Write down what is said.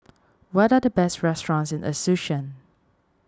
what are the best restaurants in Asuncion